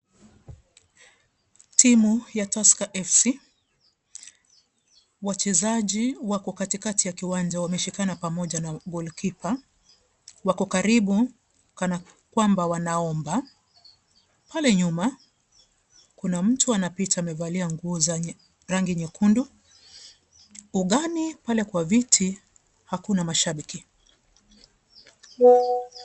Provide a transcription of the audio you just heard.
Timu ya Tusker FC, wachezaji wako katikati ya kiwanza. Wameshikana pamoja na (cs) goalkeeper (cs). Wako karibu kan kwamba wanaomba. Pale nyuma, kuna mtu anapita amevalia nguo za rangi nyekundu. Ugani pale kwa viti hakuna mashabiki.